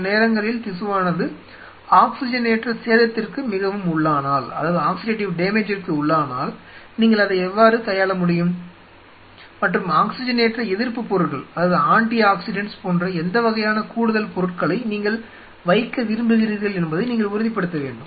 சில நேரங்களில் திசுவானது ஆக்ஸிஜனேற்ற சேதத்திற்கு மிகவும் உள்ளானால் நீங்கள் அதை எவ்வாறு கையாள முடியும் மற்றும் ஆக்ஸிஜனேற்ற எதிர்ப்பு பொருட்கள் போன்ற எந்த வகையான கூடுதல் பொருட்களை நீங்கள் வைக்க விரும்புகிறீர்கள் என்பதை நீங்கள் உறுதிப்படுத்த வேண்டும்